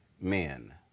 men